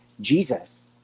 Jesus